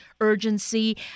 urgency